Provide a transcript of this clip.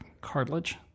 cartilage